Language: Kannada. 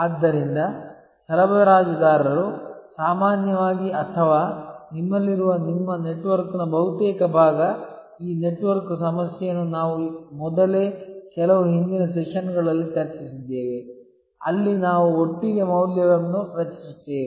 ಆದ್ದರಿಂದ ಸರಬರಾಜುದಾರರು ಸಾಮಾನ್ಯವಾಗಿ ಅಥವಾ ನಿಮ್ಮಲ್ಲಿರುವ ನಿಮ್ಮ ನೆಟ್ವರ್ಕ್ನ ಬಹುತೇಕ ಭಾಗ ಈ ನೆಟ್ವರ್ಕ್ ಸಮಸ್ಯೆಯನ್ನು ನಾವು ಮೊದಲೇ ಕೆಲವು ಹಿಂದಿನ ಸೆಷನ್ಗಳಲ್ಲಿ ಚರ್ಚಿಸಿದ್ದೇವೆ ಅಲ್ಲಿ ನಾವು ಒಟ್ಟಿಗೆ ಮೌಲ್ಯವನ್ನು ರಚಿಸುತ್ತೇವೆ